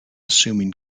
assuming